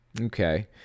Okay